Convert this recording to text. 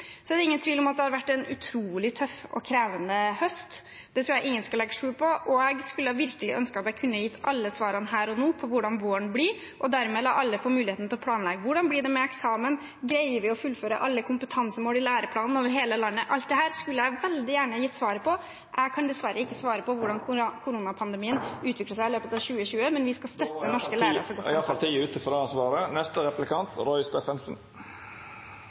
Så er det ingen tvil om at det har vært en utrolig tøff og krevende høst – det tror jeg ingen skal legge skjul på. Jeg skulle virkelig ønske at jeg kunne ha gitt alle svarene her og nå på hvordan våren blir, og dermed la alle få muligheten til å planlegge: Hvordan blir det med eksamen? Greier vi å fullføre alle kompetansemål i læreplanen over hele landet? Alt dette skulle jeg veldig gjerne gitt svar på. Jeg kan dessverre ikke svare på hvordan koronapandemien utvikler seg i løpet av 2021, men vi skal støtte norske lærere så godt vi kan. Då er iallfall tida ute for det svaret!